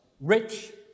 rich